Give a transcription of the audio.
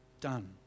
Done